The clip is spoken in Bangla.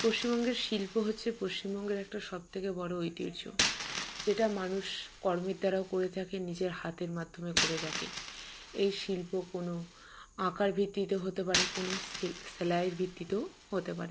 পশ্চিমবঙ্গের শিল্প হচ্ছে পশ্চিমবঙ্গের একটা সব থেকে বড়ো ঐতিহ্য যেটা মানুষ কর্মের দ্বারাও করে থাকেন নিজের হাতের মাধ্যমে করে রাখে এই শিল্প কোনো আকার ভিত্তিতে হতে পারে কোনো সেলাইয়ের ভিত্তিতেও হতে পারে